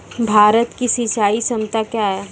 भारत की सिंचाई क्षमता क्या हैं?